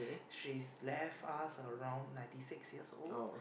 she's left us around ninety six years old